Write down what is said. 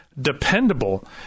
Dependable